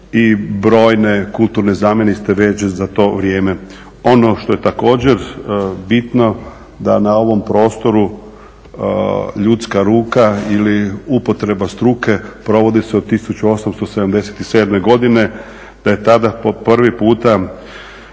i brojne kulturne znamenitosti … već za to vrijeme. Ono što je također bitno da na ovom prostoru ljudska ruka ili upotreba struke provodi se od 1877.godine, da je tada po prvi puta